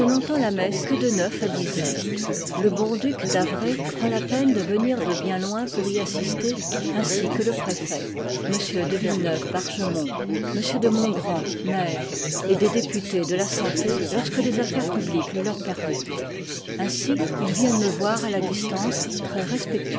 n'entends la messe que de neuf à dix heures le bon duc d'havre prend la peine de venir de bien loin pour y assister ainsi que le préfet m de villeneuve bargem ont m de montgrand maire et des députés de la santé lorsque les affaires publiques le leur permettent ainsi ils viennent me voir à la distance